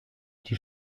die